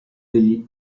degli